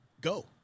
go